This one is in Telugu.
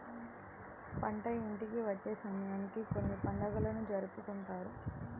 పంట ఇంటికి వచ్చే సమయానికి కొన్ని పండుగలను జరుపుకుంటారు